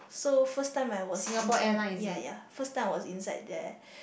so first time I was in in ya ya first time I was inside there